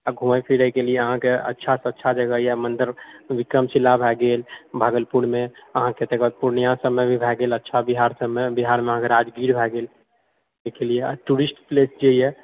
घुमए फिरएके लिए अहाँकऽ अच्छासँ अच्छा जगह यऽ मन्दिर विक्रमशिला भए गेल भागलपुरमे अहाँकेँ तकरबाद पूर्णिया सभमे भी भए गेल अच्छा बिहार सबमे बिहारमे अहाँकेँ राजगिर भए गेल देखऽ लिअऽ टूरिस्ट प्लेस छै यऽ